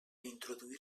introduir